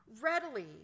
Readily